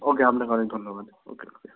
ওকে আপনাকে অনেক ধন্যবাদ ওকে ওকে